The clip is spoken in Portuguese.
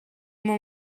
uma